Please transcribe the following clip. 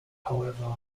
however